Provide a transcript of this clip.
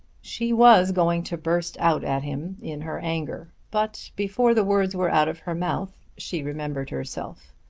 she was going to burst out at him in her anger, but before the words were out of her mouth she remembered herself.